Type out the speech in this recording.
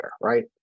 right